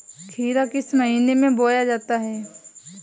खीरा किस महीने में बोया जाता है?